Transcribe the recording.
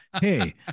Hey